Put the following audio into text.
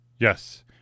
Yes